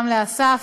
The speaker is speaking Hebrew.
גם לאסף.